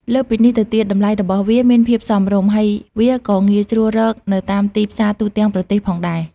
លើសពីនេះទៅទៀត តម្លៃរបស់វាមានភាពសមរម្យ ហើយវាក៏ងាយស្រួលរកនៅតាមទីផ្សារទូទាំងប្រទេសផងដែរ។